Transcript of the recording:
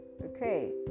Okay